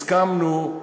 הסכמנו,